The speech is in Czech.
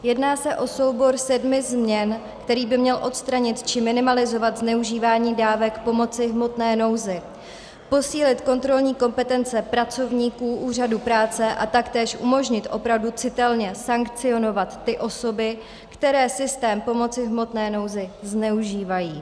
Jedná se o soubor sedmi změn, který by měl odstranit či minimalizovat zneužívání dávek pomoci v hmotné nouzi, posílit kontrolní kompetence pracovníků úřadu práce a taktéž umožnit opravdu citelně sankcionovat ty osoby, které systém pomoci v hmotné nouzi zneužívají.